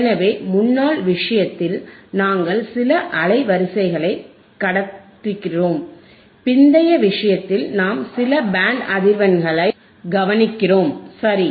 எனவே முன்னாள் விஷயத்தில் நாங்கள் சில அலைவரிசைகளைக் கடத்துகிறோம் பிந்தைய விஷயத்தில் நாம் சில பேண்ட் அதிர்வெண்களைக் கவனிக்கிறோம் சரி